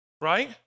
Right